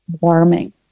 warming